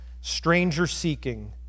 stranger-seeking